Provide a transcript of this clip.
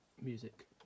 music